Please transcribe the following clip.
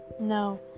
No